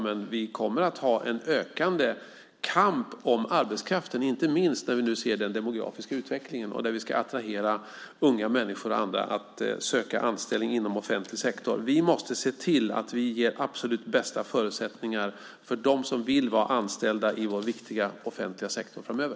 Men vi kommer att ha en ökande kamp om arbetskraften, inte minst när vi nu ser den demografiska utvecklingen och när vi ska attrahera unga människor och andra att söka anställning inom offentlig sektor. Vi måste se till att vi ger de absolut bästa förutsättningarna för dem som vill vara anställda i vår viktiga offentliga sektor framöver.